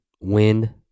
Wind